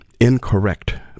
incorrect